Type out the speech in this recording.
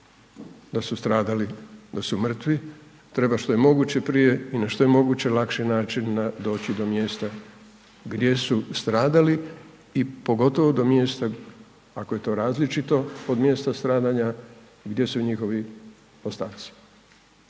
da su stradali da su mrtvi treba što je moguće prije i na što je moguće lakši način doći do mjesta gdje su stradali i pogotovo do mjesta, ako je to različito od mjesta stradanja gdje su njihovi ostaci.